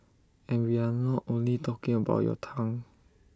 and we are not only talking about your tongue